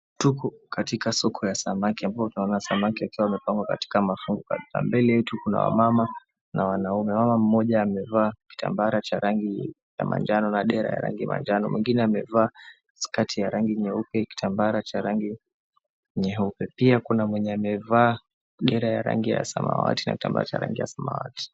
Tuko katika soko ya samaki ambayo tunaona samaki yakiwa yamepangwa katika mafungu 𝑘𝑎𝑑ℎ𝑎𝑎 mbele yetu kuna wamama na wanaume. Mama moja amevaa kitambara cha rangi ya manjano na dera ya rangi ya manjano, mwingine amevaa skati ya rangi nyeupe kitambara cha rangi nyeupe pia 𝑘𝑢𝑛𝑎 𝑚𝑤𝑒𝑛𝑦𝑒 amevaa dera ya rangi ya samawati na kitamba cha rangi ya samawati.